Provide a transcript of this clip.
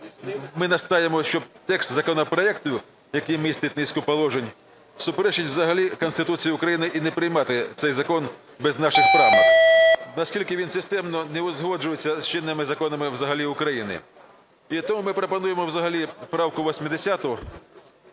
ми настоюємо, що текст законопроекту, який містить низку положень, суперечить взагалі Конституції України, і не приймати цей закон без наших правок, оскільки він системно не узгоджується з чинними законами взагалі України. І тому ми пропонуємо взагалі правку 80